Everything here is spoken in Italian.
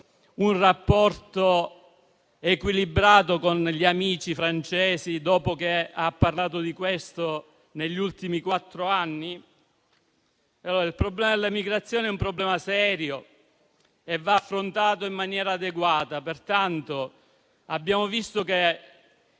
un rapporto equilibrato con gli amici francesi, dopo che ha parlato di questo negli ultimi quattro anni? Il problema delle migrazioni è serio e va affrontato in maniera adeguata. Abbiamo visto che